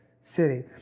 city